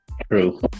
True